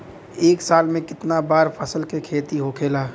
एक साल में कितना बार फसल के खेती होखेला?